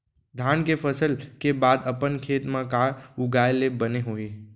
धान के फसल के बाद अपन खेत मा का उगाए ले बने होही?